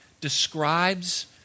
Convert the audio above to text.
describes